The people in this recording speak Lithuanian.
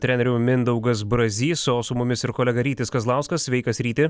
trenerių mindaugas brazys o su mumis ir kolega rytis kazlauskas sveikas ryti